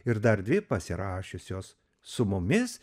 ir dar dvi pasirašiusios su mumis